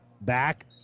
Back